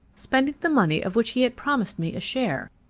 spending the money of which he had promised me a share.